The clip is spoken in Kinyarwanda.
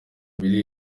biri